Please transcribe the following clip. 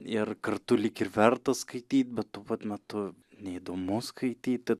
ir kartu lyg ir verta skaityt bet tuo pat metu neįdomu skaityti